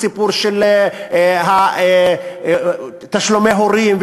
והסיפור של תשלומי הורים,